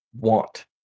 want